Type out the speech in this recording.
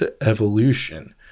evolution